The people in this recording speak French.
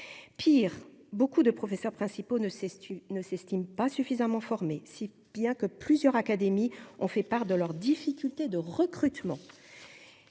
pire, beaucoup de professeurs principaux ne cesse, tu ne s'estiment pas suffisamment formés, si bien que plusieurs académies ont fait part de leur dit. Difficultés de recrutement,